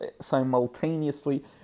simultaneously